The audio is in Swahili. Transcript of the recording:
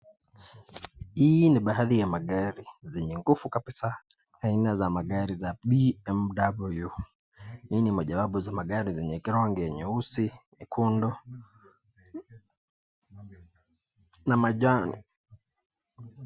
Hii ni baadhi ya magari zenye nguvu kabisa. Aina za magari za BMW, hii ni mojawapo za magari zenye krongi nyeusi, nyekundu na manjano.